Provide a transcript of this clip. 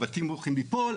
הבתים הולכים ליפול.